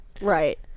Right